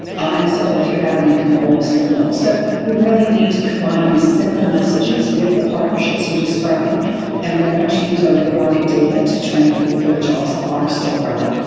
and so, if you have an income below a certain level, so, we really need to combine these simple messages with the partnerships you describe and very much use our labor market data to train people for the jobs that are still growing.